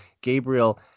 Gabriel